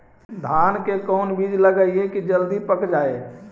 धान के कोन बिज लगईयै कि जल्दी पक जाए?